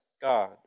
God